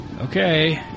Okay